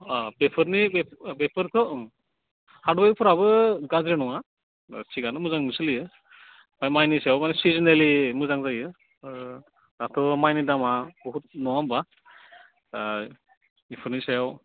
ओह बेफोरनि बेफोरखौ ओम हादवेरफोराबो गाज्रि नङा थिकआनो मोजांनो सोलियो ओमफ्राय माइनि सायाव सिजोनेलि मोजां जायो दाथ' माइनि दामा बहुथ नङा होनबा बेफोरनि सायाव